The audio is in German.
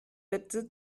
bitte